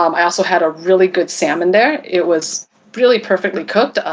um i also had a really good salmon there. it was really perfectly cooked,